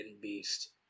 beast